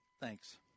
Thanks